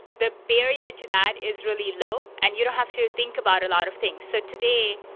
the barrier to that is really low and you don't have to think about a lot of things. so today,